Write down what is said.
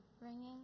Ringing